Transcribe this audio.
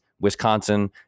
Wisconsin